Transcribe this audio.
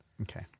Okay